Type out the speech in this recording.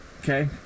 Okay